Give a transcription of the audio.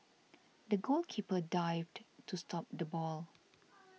the goalkeeper dived to stop the ball